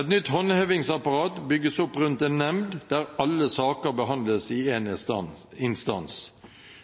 Et nytt håndhevingsapparat bygges opp rundt en nemnd der alle saker behandles i én instans.